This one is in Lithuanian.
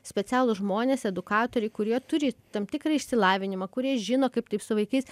specialūs žmonės edukatoriai kurie turi tam tikrą išsilavinimą kurie žino kaip taip su vaikais